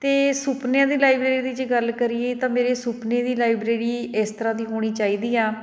ਅਤੇ ਸੁਪਨਿਆਂ ਦੀ ਲਾਈਬ੍ਰੇਰੀ ਦੀ ਜੇ ਗੱਲ ਕਰੀਏ ਤਾਂ ਮੇਰੇ ਸੁਪਨੇ ਦੀ ਲਾਈਬ੍ਰੇਰੀ ਇਸ ਤਰ੍ਹਾਂ ਦੀ ਹੋਣੀ ਚਾਹੀਦੀ ਆ